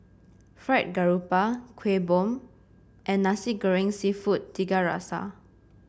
Fried Garoupa Kueh Bom and Nasi Goreng seafood Tiga Rasa